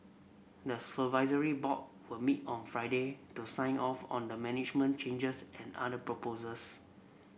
the supervisory board were meet on Friday to sign off on the management changes and other proposals